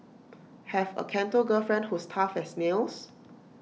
have A Canto girlfriend who's tough as nails